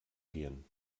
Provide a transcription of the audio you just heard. gehen